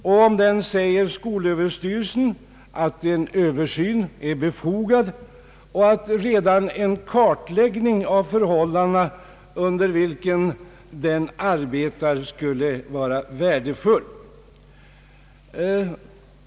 Skolöverstyrelsen säger här att en översyn av skolhälsovården är befogad och att redan en kartläggning av de förhållanden under vilka den arbetar skulle vara värdefull.